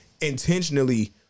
intentionally